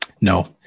No